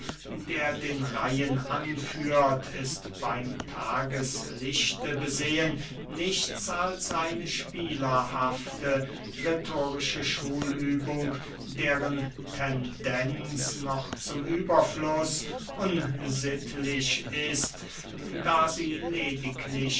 der den reihen anführt ist beym tageslichte besehen nichts als eine spielerhafte rhetorische schulübung deren tendenz noch zum überfluß unsittlich ist da sie